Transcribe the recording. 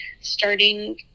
starting